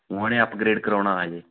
ਉਨ੍ਹਾਂ ਨੇ ਅਪਗ੍ਰੇਡ ਕਰਵਾਉਣਾ ਹਜੇ